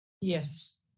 Yes